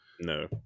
No